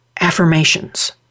affirmations